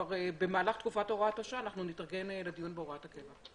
תקופת הוראת השעה אנחנו נתארגן לדיום בהוראת הקבע.